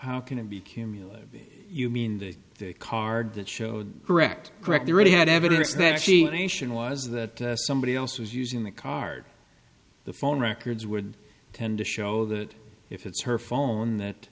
how can it be cumulative you mean the card that showed correct correct they really had evidence that she was that somebody else was using the card the phone records would tend to show that if it's her phone that